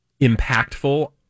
impactful